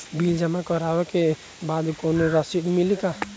Bill जमा करवले के बाद कौनो रसिद मिले ला का?